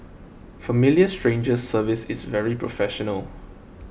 Familiar Strangers service is very professional